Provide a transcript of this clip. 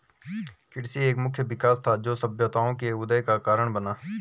कृषि एक मुख्य विकास था, जो सभ्यताओं के उदय का कारण बना